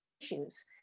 issues